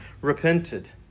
repented